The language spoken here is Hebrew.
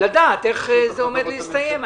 לדעת איך זה עומד להסתיים.